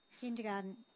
Kindergarten